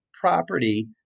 property